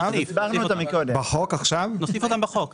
נוסיף אותן בחוק, בעקבות מה שדיברנו קודם.